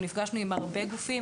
אנחנו נפגשנו עם הרבה גופים,